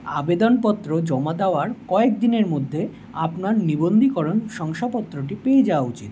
আবেদনপত্র জমা দেওয়ার কয়েকদিনের মধ্যে আপনার নিবন্ধীকরণ শংসাপত্রটি পেয়ে যাওয়া উচিত